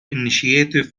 initiative